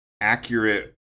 accurate